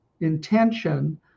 intention